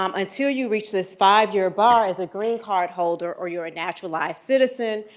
um until you reach this five year bar as a green card holder or you're a naturalized citizen,